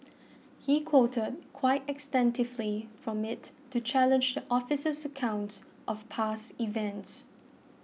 he quoted quite extensively from it to challenge the officer's account of past events